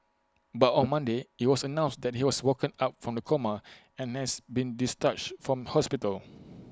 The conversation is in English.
but on Monday IT was announced that he has woken up from the coma and has been discharged from hospital